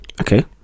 Okay